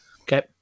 Okay